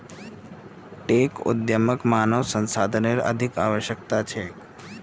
tech उद्यमक मानव संसाधनेर अधिक आवश्यकता छेक